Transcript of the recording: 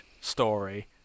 story